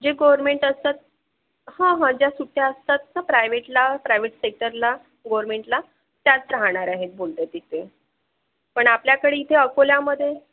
जे गोरमेंट असतात हा हा ज्या सुट्ट्या असतात ना प्रायव्हेटला प्रायव्हेट सेक्टरला गोरमेंटला त्याच राहणार आहेत बोलले तिथे पण आपल्याकडे इथे अकोल्यामध्ये